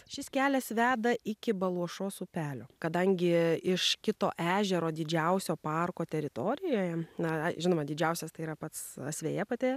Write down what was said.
šis kelias veda iki baluošos upelio kadangi iš kito ežero didžiausio parko teritorijoje na žinoma didžiausias tai yra pats asveja pati